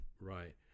Right